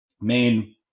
main